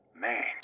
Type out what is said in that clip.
Man